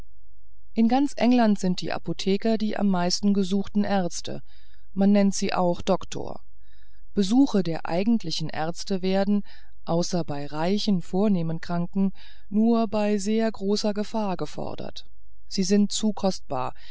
in ganz england sind die apotheker die am meisten gesuchten ärzte man nennt sie auch doktor besuche der eigentlichen ärzte werden außer bei reichen vornehmen kranken nur bei sehr großer gefahr gefordert sie sind zu kostbar